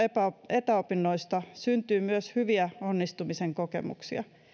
etäopinnoista syntyy myös hyviä onnistumisen kokemuksia